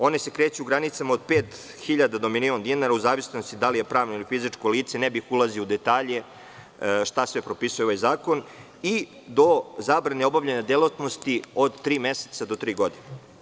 One se kreću u granicama od pet hiljada do milion dinara u zavisnosti da li je pravno ili fizičko lice, ne bih ulazio u detalje šta sve propisuje ovaj zakon, do zabrane obavljanja delatnosti od tri meseca do tri godine.